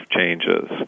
changes